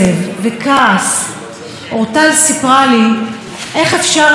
איך אפשר היה למנוע את הרצח של אימא שלה.